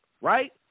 right